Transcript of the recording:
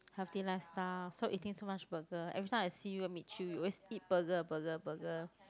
healthy lifestyle stop eating so much burger every time I see you meet you you always eat burger burger burger